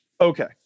Okay